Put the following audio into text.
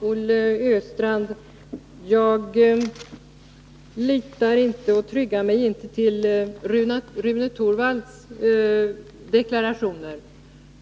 Herr talman! Jag tryggar mig inte, Olle Östrand, till Rune Torwalds deklarationer.